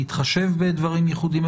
להתחשב בדברים ייחודיים,